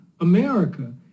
America